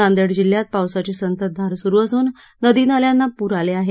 नांदेड जिल्ह्यात पावसाची संततधार सुरू असून नदी नाल्यांना पूर आले आहेत